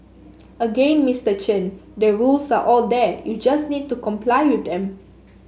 again Mister Chen the rules are all there you just need to comply with them